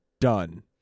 done